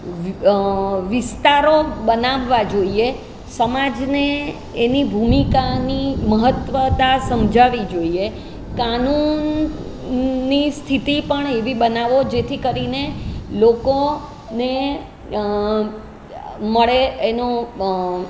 વિ વિસ્તારો બનાવવા જોઈએ સમાજને એની ભૂમિકાની મહત્ત્વતા સમજાવવી જોઈએ કાનૂનની સ્થિતિ પણ એવી બનાવો જેથી કરીને લોકોને મળે એનો